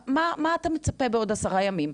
מה אתה מצפה שיקרה בעוד עשרה ימים?